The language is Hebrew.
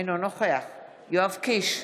אינו נוכח יואב קיש,